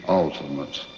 ultimate